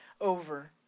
over